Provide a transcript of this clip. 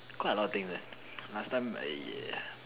quite a lot of things eh last time I